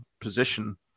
position